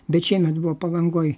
bet šiemet buvo palangoj